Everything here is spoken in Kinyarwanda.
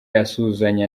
asuhuzanya